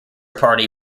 party